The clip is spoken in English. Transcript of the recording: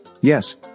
Yes